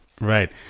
right